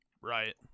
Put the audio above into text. Right